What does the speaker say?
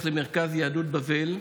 הולך מפה למרכז יהדות בבל,